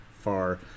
far